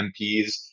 MPs